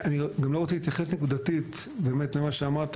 אני גם לא רוצה להתייחס נקודתית באמת למה שאמרת,